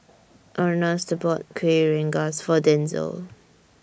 Ernest bought Kuih Rengas For Denzil